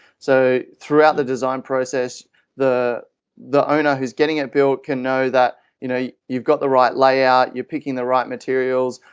so throughout the design process the the owner who is getting it built can know that you know you've got the right layout, you're picking the right materials.